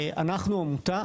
אנחנו עמותה.